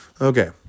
Okay